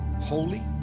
holy